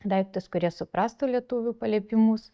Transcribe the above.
daiktus kurie suprastų lietuvių paliepimus